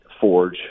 Forge